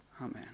Amen